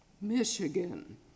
Michigan